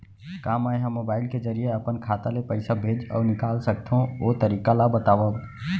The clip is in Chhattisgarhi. का मै ह मोबाइल के जरिए अपन खाता ले पइसा भेज अऊ निकाल सकथों, ओ तरीका ला बतावव?